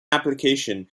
application